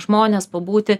žmonės pabūti